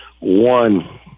One